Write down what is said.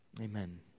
Amen